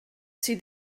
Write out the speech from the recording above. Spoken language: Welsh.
sydd